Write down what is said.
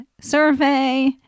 survey